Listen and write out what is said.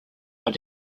are